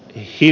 ensi